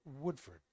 Woodford